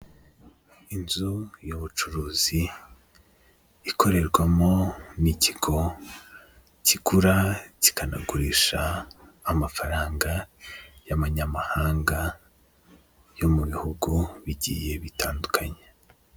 Inzu y'ubucuruzi ikorerwamo n'ikigo kigura kikanagurisha amafaranga y'abanyamahanga yo mu bihugu bigiye bitandukanye.